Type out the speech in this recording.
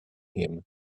him